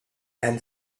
and